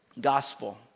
gospel